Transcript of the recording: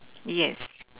yes